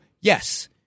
yes